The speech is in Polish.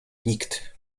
nikt